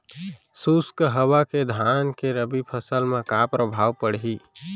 शुष्क हवा के धान के रबि फसल मा का प्रभाव पड़ही?